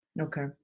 Okay